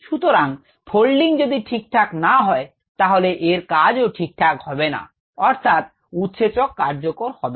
সুতরাং ফোল্ডিং যদি ঠিকঠাক না হয় তাহলে এর কাজও ঠিকঠাক হবে না অর্থাৎ উৎসেচক কার্যকর হবে না